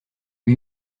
lui